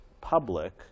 public